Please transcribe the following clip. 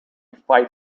fight